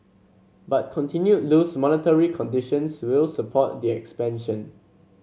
but continued loose monetary conditions will support the expansion